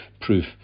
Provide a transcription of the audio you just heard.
proof